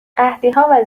قحطیها